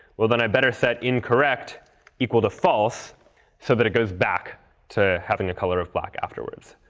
well then, i better set incorrect equal to false so that it goes back to having a color pf black afterwards.